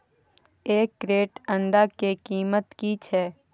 एक क्रेट अंडा के कीमत की छै?